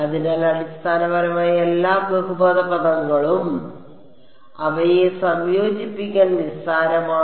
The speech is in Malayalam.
അതിനാൽ അടിസ്ഥാനപരമായി എല്ലാ ബഹുപദ പദങ്ങളും അവയെ സംയോജിപ്പിക്കാൻ നിസ്സാരമാണ്